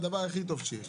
זה הדבר הכי טוב שיש.